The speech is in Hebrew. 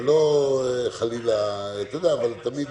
ואולי אני קצת תמים, אבל תמיד